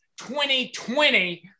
2020